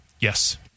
Yes